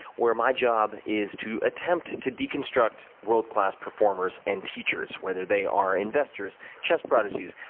where my job is to attempt to deconstruct world class performers and teachers, whether they are investors, chess prodigies,